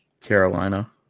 Carolina